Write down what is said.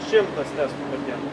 šimtas testų per dieną